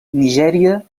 nigèria